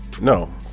no